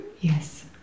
Yes